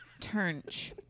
Turnch